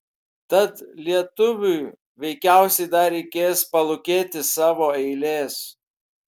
tad lietuviui veikiausiai dar reikės palūkėti savo eilės